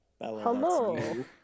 Hello